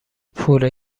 پوره